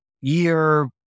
year